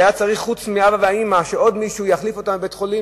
שהיה צריך חוץ מאבא ואמא שעוד מישהו יחליף אותם בבית-החולים,